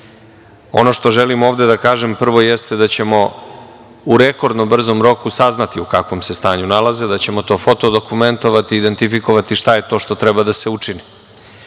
što želim ovde da kažem jeste da ćemo u rekordno brzom roku saznati u kakvom se stanju nalaze, da ćemo to foto dokumentovati, identifikovati šta je to što treba da se učini,